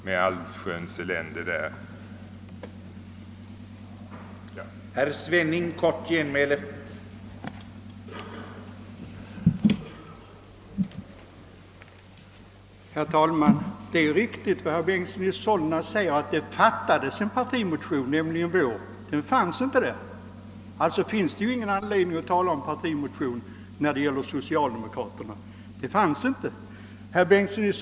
Byggnadsnämnden måste ge rivningstillstånd.